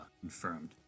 confirmed